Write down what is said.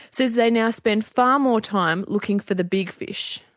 says they now spend far more time looking for the big fish.